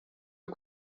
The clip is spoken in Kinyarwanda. cyo